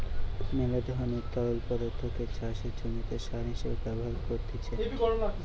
মেলা ধরণের তরল পদার্থকে চাষের জমিতে সার হিসেবে ব্যবহার করতিছে